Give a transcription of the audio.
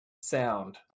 sound